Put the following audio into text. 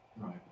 Right